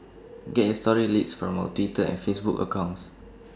get your story leads from our Twitter and Facebook accounts